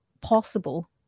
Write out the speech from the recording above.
possible